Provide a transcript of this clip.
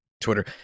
Twitter